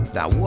Now